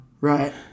Right